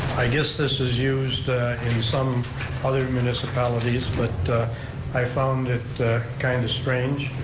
i guess this is used in some other municipalities, but i found it kind of strange.